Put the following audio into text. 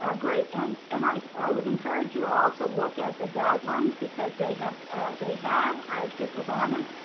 ah great. and and i i would encourage you all to look at the guidelines because they have they have i just was on it,